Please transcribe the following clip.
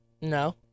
No